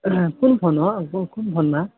कुन फोन हो कुन फोनमा